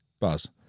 Buzz